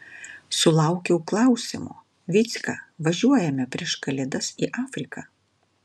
sulaukiau klausimo vycka važiuojame prieš kalėdas į afriką